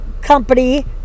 company